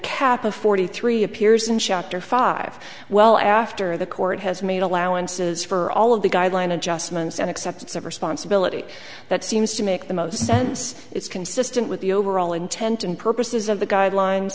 of forty three appears in chapter five well after the court has made allowances for all of the guideline adjustments and acceptance of responsibility that seems to make the most sense it's consistent with the overall intent and purposes of the guidelines